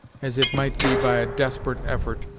as it might be by a desperate effort,